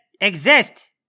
exist